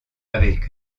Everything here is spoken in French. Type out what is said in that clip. avec